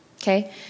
Okay